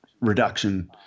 reduction